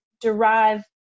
derive